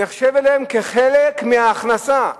נחשבת להם חלק מההכנסה.